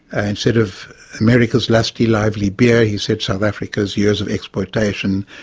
and instead of america's lusty, lively beer, he said south africa's years of exploitation.